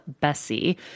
Bessie